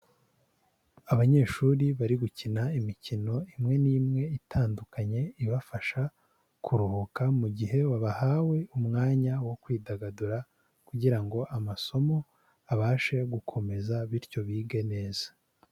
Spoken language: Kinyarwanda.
Abanyeshuri bari gukina imikino imwe n'imwe itandukanye ibafasha kuruhuka mu gihe bahawe umwanya wo kwidagadura, kugira ngo amasomo abashe gukomeza bityo bige neza.